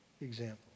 Example